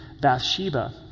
Bathsheba